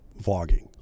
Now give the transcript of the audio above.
Vlogging